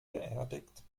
beerdigt